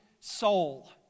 soul